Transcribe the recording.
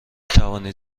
توانید